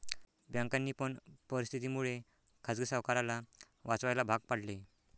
बँकांनी पण परिस्थिती मुळे खाजगी सावकाराला वाचवायला भाग पाडले